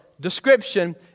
description